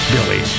Billy